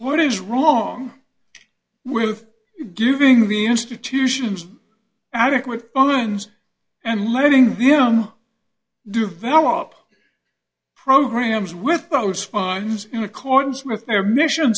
what is wrong with giving the institutions adequate funds and letting them develop programs with our spines in accordance with their mission